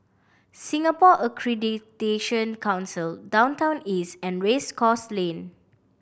Singapore Accreditation Council Downtown East and Race Course Lane